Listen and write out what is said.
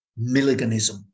Milliganism